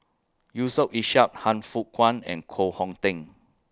Yusof Ishak Han Fook Kwang and Koh Hong Teng